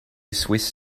swiss